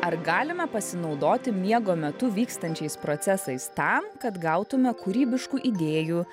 ar galime pasinaudoti miego metu vykstančiais procesais tam kad gautume kūrybiškų idėjų